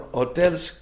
hotels